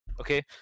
okay